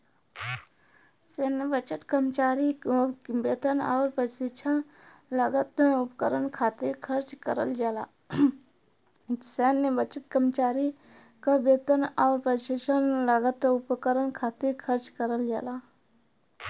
सैन्य बजट कर्मचारी क वेतन आउर प्रशिक्षण लागत उपकरण खातिर खर्च करल जाला